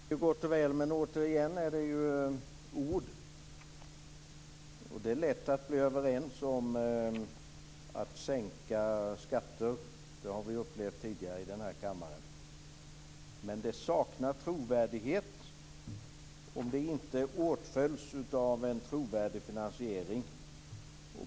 Fru talman! Det är gott och väl, men återigen är det ju bara ord. Det är lätt att bli överens om att sänka skatter. Det har vi upplevt tidigare i den här kammaren. Men det saknar trovärdighet om det inte åtföljs av en trovärdig finansiering.